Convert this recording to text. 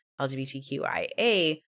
LGBTQIA